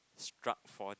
struck four D